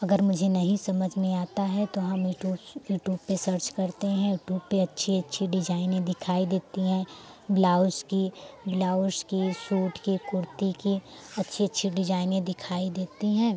अगर मुझे नहीं समझ में आता है तो हम यूटूब यूटूब पे सर्च करते हैं यूटूब पे अच्छी अच्छी डिजाइनें दिखाई देती हैं ब्लाउस की ब्लाउस की सूट की कुर्ती की अच्छी अच्छी डिजाइनें दिखाई देती हैं